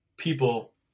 people